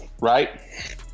right